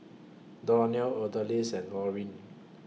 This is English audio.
Donell Odalys and Laureen